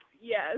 yes